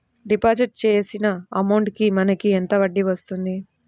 Deposit చేసిన amount కి మనకి ఎంత వడ్డీ వస్తుంది?